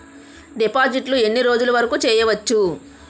డిపాజిట్లు ఎన్ని రోజులు వరుకు చెయ్యవచ్చు?